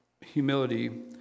humility